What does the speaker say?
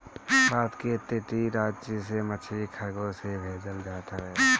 भारत के तटीय राज से मछरी कार्गो से भेजल जात हवे